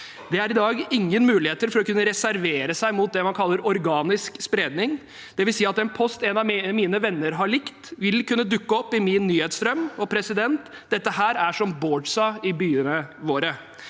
Det er i dag ingen muligheter for å kunne reservere seg mot det man kaller organisk spredning, dvs. at en post en av mine venner har likt, vil kunne dukke opp i min nyhetsstrøm. Dette er som «boards» i byene våre.